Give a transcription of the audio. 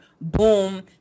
Boom